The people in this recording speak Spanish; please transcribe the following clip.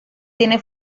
tiene